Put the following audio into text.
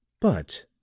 But